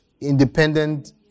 independent